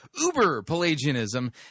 uber-Pelagianism